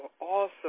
awesome